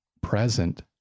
present